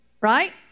right